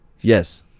Yes